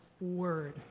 word